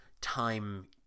time